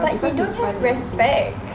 but he don't have respect